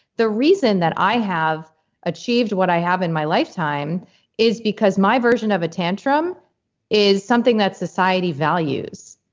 the reason that i have achieved what i have in my lifetime is because my version of a tantrum is something that society values.